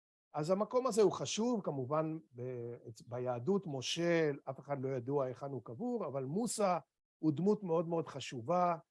אז המקום הזה הוא חשוב, כמובן ביהדות, משה, אף אחד לא ידוע היכן הוא קבור, אבל מוסה הוא דמות מאוד מאוד חשובה.